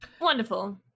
Wonderful